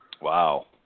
Wow